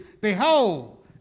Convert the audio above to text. Behold